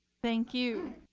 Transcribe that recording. thank you.